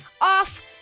off